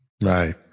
Right